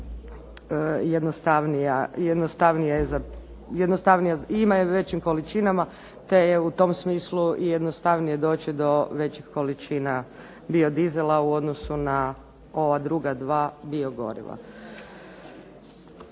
dostupna i jednostavnija, ima je u većim količinama te je u tom smislu jednostavnije doći do većih količina biodizela u odnosu na ova druga dva biogoriva.